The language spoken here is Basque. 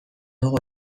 dugu